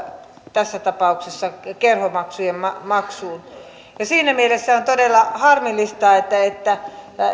tässä tapauksessa kerhomaksujen maksuun siinä mielessä on todella harmillista että että